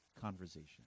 conversation